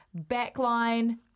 Backline